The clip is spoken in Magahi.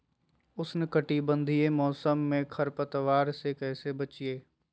उष्णकटिबंधीय मौसम में खरपतवार से कैसे बचिये?